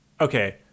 okay